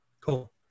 cool